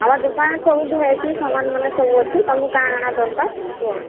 ଆମର୍ ଦୁକାନ ସବୁ ଭେରାଇଟି ସାମାନ୍ମାନେ ସବୁ ଅଛି ତୁମକୁ କାଣା କାଣା ଦରକାର କୁହ